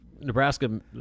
Nebraska